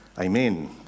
amen